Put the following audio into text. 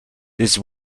this